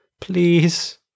Please